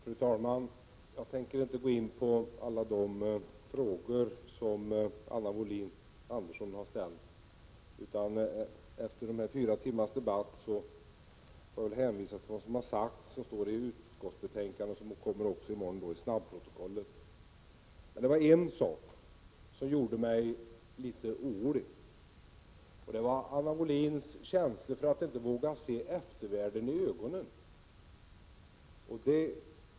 Fru talman! Jag tänker inte gå in på alla de frågor Anna Wohlin-Andersson har ställt. Efter fyra timmars debatt får jag väl hänvisa till vad som står i utskottsbetänkandet och vad som tidigare sagts. Det kommer också i morgon att stå i snabbprotokollet. Det var emellertid en sak som gjorde mig litet orolig. Det gällde Anna Wohlin-Anderssons känsla av att inte våga se eftervärlden i ögonen.